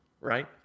right